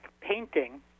painting